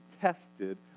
tested